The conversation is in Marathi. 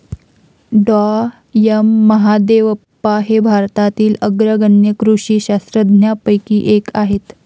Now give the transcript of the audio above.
डॉ एम महादेवप्पा हे भारतातील अग्रगण्य कृषी शास्त्रज्ञांपैकी एक आहेत